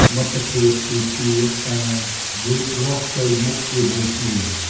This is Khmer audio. មិត្តភាពគឺជាការលូតលាស់ទៅមុខជាមួយគ្នា។